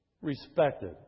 respected